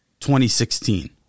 2016